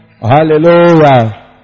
Hallelujah